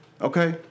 Okay